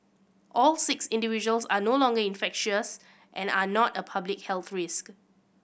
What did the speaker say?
all six individuals are no longer infectious and are not a public health risk